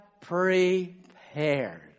prepared